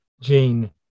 gene